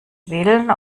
willen